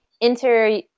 enter